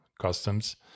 customs